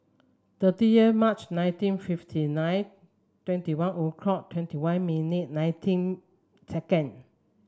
thirtieth March nineteen fifty nine twenty one o'clock twenty one minute nineteen second